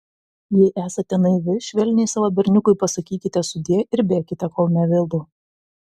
jei esate naivi švelniai savo berniukui pasakykite sudie ir bėkite kol nevėlu